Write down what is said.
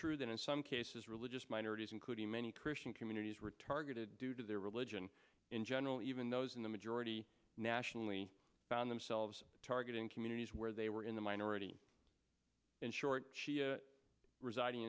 true that in some cases religious minorities including many christian communities were targeted due to their religion in general even those in the majority nationally found themselves targeting communities where they were in the minority and short residing